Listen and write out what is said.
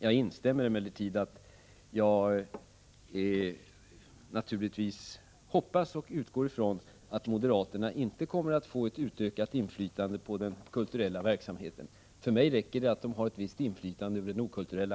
Jag instämmer emellertid i den uttalade förhoppningen och utgår ifrån att moderaterna inte kommer att få ett ökat inflytande på den kulturella verksamheten. För mig räcker det att de har ett visst inflytande över den okulturella.